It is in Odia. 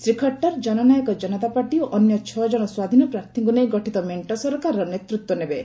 ଶ୍ରୀ ଖଟ୍ଟର ଜନନାୟକ ଜନତା ପାର୍ଟି ଓ ଅନ୍ୟ ଛଅଜଣ ସ୍ୱାଧୀନ ପ୍ରାର୍ଥୀଙ୍କୁ ନେଇ ଗଠିତ ମେଷ୍ଟ ସରକାରର ନେତୃତ୍ୱ ନେବେ